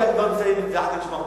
אני כבר מסיים, ואחרי זה נשמע אותך.